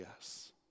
yes